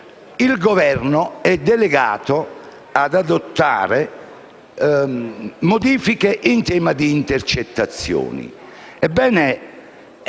Il Governo è delegato ad adottare modifiche in tema di intercettazioni.